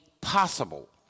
possible